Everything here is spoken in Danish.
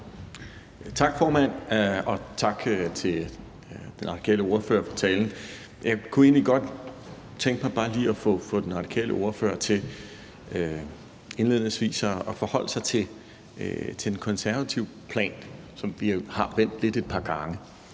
Tak, formand. Og tak til den radikale ordfører for talen. Jeg kunne egentlig godt tænke mig bare lige at få den radikale ordfører til indledningsvis at forholde sig til den konservative plan, som vi jo har vendt lidt et par gange.